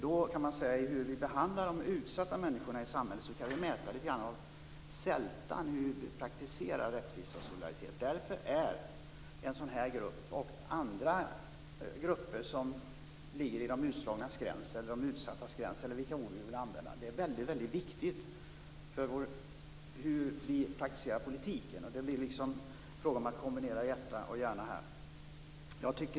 I hur vi behandlar de utsatta människorna i samhället kan vi lite grann mäta sältan i hur vi praktiserar rättvisa och solidaritet. En sådan här grupp och andra grupper som finns i de utslagnas gräns, de utsattas gräns, eller vilket ord vi vill använda, är väldigt viktig för hur vi praktiserar politiken. Det är fråga om att kombinera hjärta och hjärna.